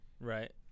Right